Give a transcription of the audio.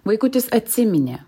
vaikutis atsiminė